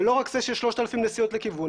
לא רק זה שיש 3,000 נסיעות לכיוון,